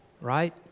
right